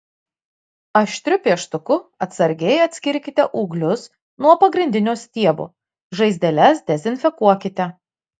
aštriu pieštuku atsargiai atskirkite ūglius nuo pagrindinio stiebo žaizdeles dezinfekuokite